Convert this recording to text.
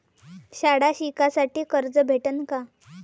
शाळा शिकासाठी कर्ज भेटन का?